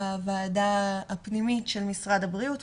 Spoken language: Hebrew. הוועדה הפנימית של משרד הבריאות,